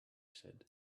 said